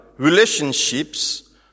relationships